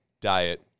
diet